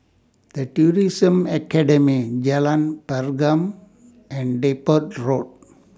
The Tourism Academy Jalan Pergam and Depot Road